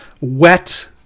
wet